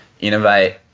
innovate